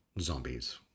zombies